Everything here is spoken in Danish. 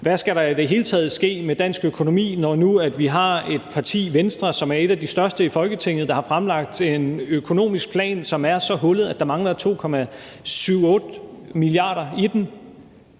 Hvad skal der i det hele taget ske med dansk økonomi, når vi nu har et parti, Venstre, som er et af de største partier i Folketinget, der har fremlagt en økonomisk plan, som er så hullet, at der mangler 2,8 mia. kr.? Nej,